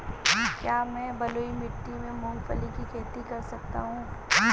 क्या मैं बलुई मिट्टी में मूंगफली की खेती कर सकता हूँ?